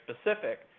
specific